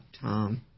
Tom